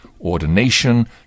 Ordination